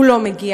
הוא לא מגיע,